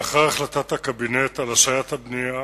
לאחר החלטת הקבינט על השעיית הבנייה,